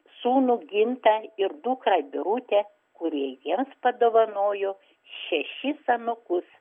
sūnų gintą ir dukrą birutę kurie jiems padovanojo šešis anūkus